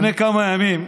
לפני כמה ימים,